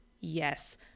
yes